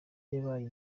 yabaye